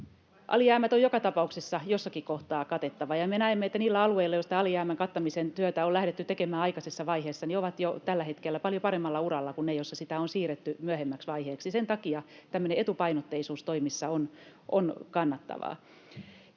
Alijäämät on joka tapauksessa jossakin kohtaa katettava, ja me näemme, että ne alueet, joilla alijäämän kattamisen työtä on lähdetty tekemään aikaisessa vaiheessa, ovat jo tällä hetkellä paljon paremmalla uralla kuin ne, joissa sitä on siirretty myöhemmäksi vaiheeksi. Sen takia tämmöinen etupainotteisuus toimissa on kannattavaa.